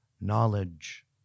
knowledge